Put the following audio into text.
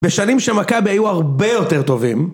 בשנים שמכבי היו הרבה יותר טובים